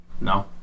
No